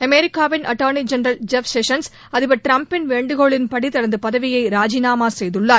அமெரிக்காவின் attorney general Jeff Sessions அதிபர் ட்ரம்ப்பின் வேண்டுகோளின்படி தனது பதவியை ராஜினாமா செய்துள்ளார்